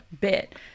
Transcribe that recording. bit